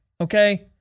Okay